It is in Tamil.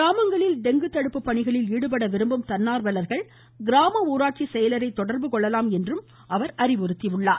கிராமங்களில் டெங்கு தடுப்பு பணிகளில் ஈடுபட விரும்பும் தன்னார்வலர்கள் கிராம ஊராட்சி செயலரை தொடர்புகொள்ளலாம் என கேட்டுக்கொண்டுள்ளார்